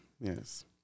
Yes